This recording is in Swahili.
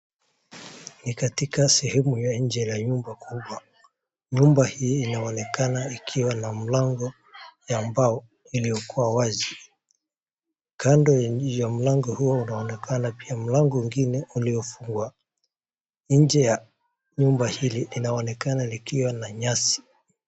Ni katika sehemu ya nje ya nyumba kubwa, nyumba hii inaonekana ikiwa na mlango ya mbao iliyokuwa wazi, kando ya mlango huu inaonekana pia mlango ingine iliyofungwa nje ya nyumba hili inaonekana likiwa na nyasi.